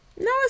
No